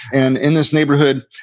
and in this neighborhood,